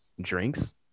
drinks